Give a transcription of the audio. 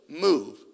move